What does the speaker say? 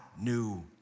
new